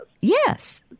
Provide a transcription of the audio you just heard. Yes